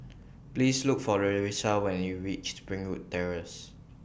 Please Look For Larissa when YOU REACH Springwood Terrace